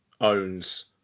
owns